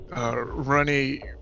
runny